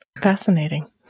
Fascinating